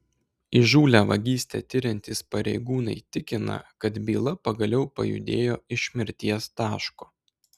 įžūlią vagystę tiriantys pareigūnai tikina kad byla pagaliau pajudėjo iš mirties taško